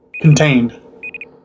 Contained